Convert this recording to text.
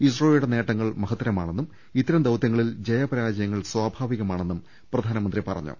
ഇസ്രോയുടെ നേട്ടങ്ങൾ മഹത്തരമാണെന്നും ഇത്തരം ദൌത്യങ്ങളിൽ ജയപരാജയങ്ങൾ സ്വാഭാവിക മാണെന്നും പ്രധാനമന്ത്രി പറഞ്ഞു